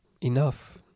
enough